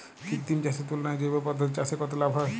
কৃত্রিম চাষের তুলনায় জৈব পদ্ধতিতে চাষে কত লাভ হয়?